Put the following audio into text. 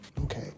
okay